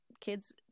kids